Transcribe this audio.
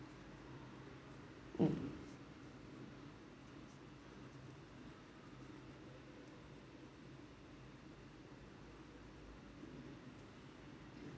mm